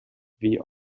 wie